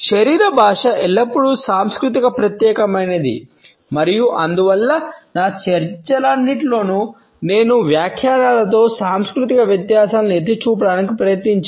శరీర భాష ఎల్లప్పుడూ సాంస్కృతిక ప్రత్యేకమైనది మరియు అందువల్ల నా చర్చలన్నిటిలో నేను వ్యాఖ్యానాలలో సాంస్కృతిక వ్యత్యాసాలను ఎత్తి చూపడానికి ప్రయత్నించాను